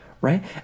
Right